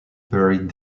buried